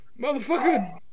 motherfucker